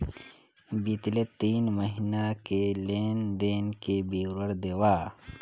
बितले तीन महीना के लेन देन के विवरण देवा?